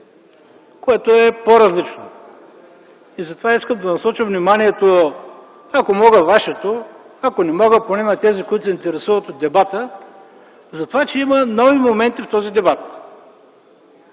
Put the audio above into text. което е по-различно. И затова искам да насоча вниманието, ако мога – вашето, ако не мога – поне на тези, които се интересуват от дебата, за това, че има нови моменти в този дебат.